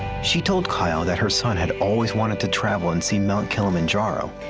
she told kyle that her son had always wanted to travel and see mt. kilimanjaro.